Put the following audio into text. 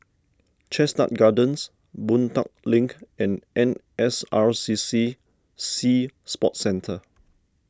Chestnut Gardens Boon Tat Link and N S R C C Sea Sports Centre